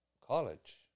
college